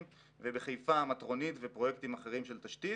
ובחיפה המטרונית ופרויקטים אחרים של תשתית.